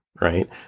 right